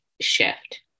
shift